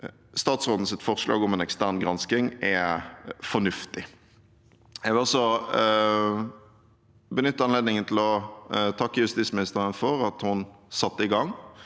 statsrådens forslag om en ekstern gransking er fornuftig. Jeg vil også benytte anledningen til å takke justisministeren for at hun satte i gang